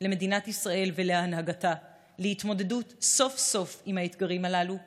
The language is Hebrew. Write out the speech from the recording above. למדינת ישראל ולהנהגתה להתמודד סוף-סוף עם האתגרים הללו מהשורש,